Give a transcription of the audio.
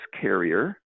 carrier